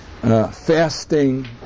fasting